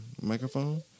Microphone